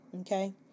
Okay